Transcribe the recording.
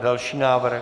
Další návrh.